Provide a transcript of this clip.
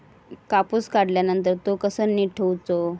कापूस काढल्यानंतर तो कसो नीट ठेवूचो?